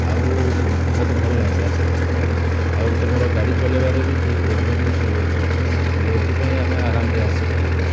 ଆଉ ମତେ ଭଲ ଲାଗିଲା ସେ କଥାଟା ଆଉ ତମର ଗାଡ଼ି ଚଳେଇବାରେ ବି ଠିକ୍ ଏଭରେଜରେ ଚଲଉଛ ଯେଉଁଥିପାଇଁ ଆମେ ଆରାମରେ ଆସିପାରିଲେ